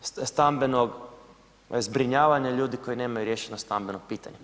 stambenog zbrinjavanja ljudi koji nemaju riješeno stambeno pitanje.